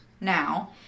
now